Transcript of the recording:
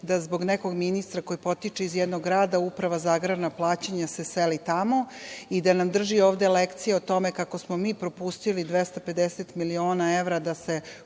da zbog nekog ministra koji potiče iz jednog grada uprava za agrarna plaćanja se seli tamo i da nam drži ovde lekcije o tome kako smo mi propustili 250 miliona evra da se